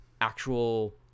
actual